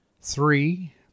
Three